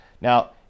Now